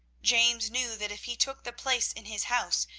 james knew that if he took the place in his house,